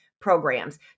programs